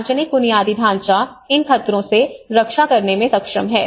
सार्वजनिक बुनियादी ढांचा इन खतरों से रक्षा करने में सक्षम हैं